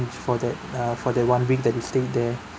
for that uh for that one week that we stayed there